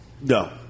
No